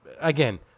again